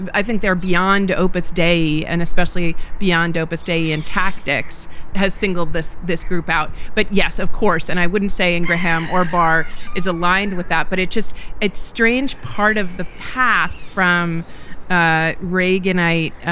i think they're beyond opeth day and especially beyond opus day. and tactics has singled this this group out. but yes, of course. and i wouldn't say ingraham or barr is aligned with that, but it just it's strange part of the path from ah reaganite,